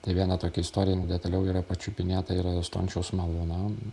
tai viena tokia istorija detaliau yra pačiupinėta yra stončiaus malūno